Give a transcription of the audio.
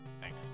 Thanks